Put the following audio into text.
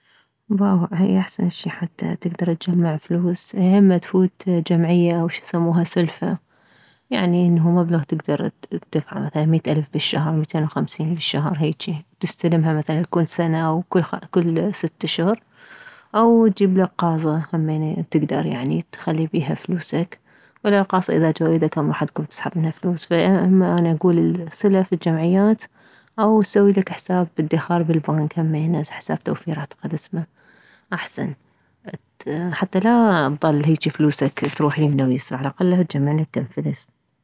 باوع هي احسن شي حتى تكدر تجمع فلوس يا اما تفوت جمعية او شيسموها سلفة يعني انه مبلغ تكدر تدفعه مثلا مية الف بالشهر ميتين وخمسين بالشهر هيجي تستلمها مثلا كل سنة او كل خمس او كل ست اشهر او تجيبلك قاصة همين تكدر يعني تخلي بيها فلوسك ولو القاصة اذا جوه ايدك هم راح تكوم تسحب منها فلوس فاما انا اكول السلف الجمعيات او تسويلك حساب ادخار بالبنك همين حساب توفير اعتقد اسمه احسن حتى لا تظل هيجي فلوسك تروح يمنه يسره على اقله تجمعلك كم فلس